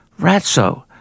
Ratso